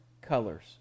colors